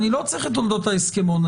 אני לא צריך את תולדות ההסכמון,